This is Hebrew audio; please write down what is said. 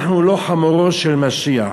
אנחנו לא חמורו של משיח".